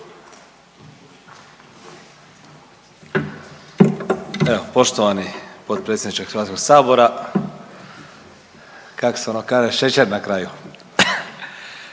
Evo poštovani potpredsjedniče HS-a, kak se ono kaže, šećer na kraju.